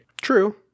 true